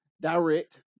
direct